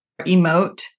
emote